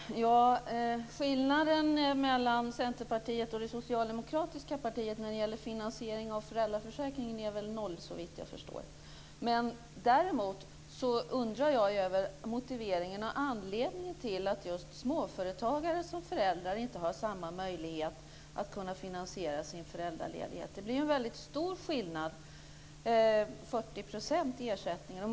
Fru talman! Det finns ingen skillnad mellan Centerpartiet och det socialdemokratiska partiet när det gäller finansieringen av föräldraförsäkringen, såvitt jag förstår. Däremot undrar jag över motiveringen och anledningen till att just föräldrar som är småföretagare inte har samma möjlighet att finansiera sin föräldraledighet. Det blir en väldigt stor skillnad - 40 %- i ersättningen.